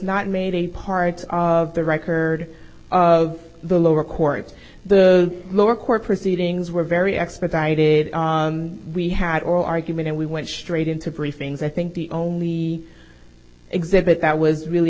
not made a part of the record of the lower courts the lower court proceedings were very expedited we had oral argument and we went straight into briefings i think the only the exhibit that was really